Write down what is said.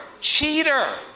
cheater